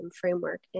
framework